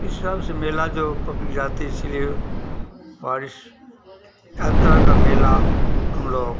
इस हिसाब से मेला जो पब्लिक जाती है इसीलिए वारिश हर तरह का मेला हम लोग